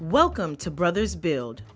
welcome to brothers build